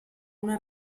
una